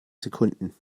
sekunden